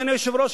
אדוני היושב-ראש,